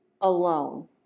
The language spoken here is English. alone